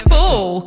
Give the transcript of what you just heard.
Fool